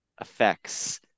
effects